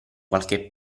qualche